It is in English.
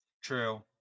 True